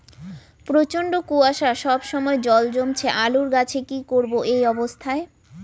প্রচন্ড কুয়াশা সবসময় জল জমছে আলুর গাছে কি করব এই অবস্থায়?